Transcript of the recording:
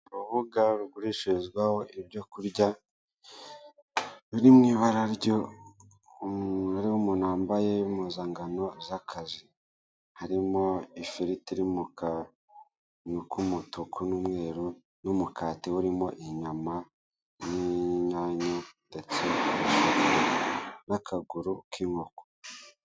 Urubuga rugurishirizwaho ibyo kurya biri mu ibara ry'umubare umuntu wambaye impuzangano z'akazi harimo ifiriti iri mu kantu k'umutuku n'umweru n'umukati urimo inyama n'yanya ndetse n'akaguru k'inkoko.